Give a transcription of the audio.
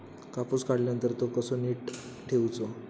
कापूस काढल्यानंतर तो कसो नीट ठेवूचो?